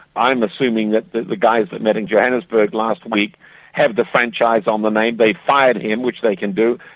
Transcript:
i'm assuming that the the guys that met in johannesburg last week have the franchise on the name, they fired him, which they can do.